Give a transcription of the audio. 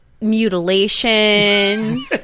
mutilation